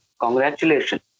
Congratulations